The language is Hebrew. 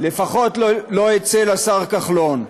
לפחות לא אצל השר כחלון.